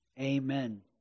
amen